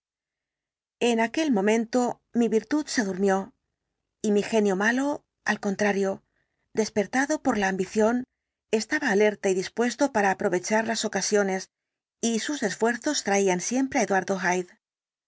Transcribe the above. en aquel momento mi virtud se durmió y mi genio malo al contrario despertado por la ambición estaba alerta y dispuesto para aprovechar las ocasiones y sus esfuerzos traían siempre á eduardo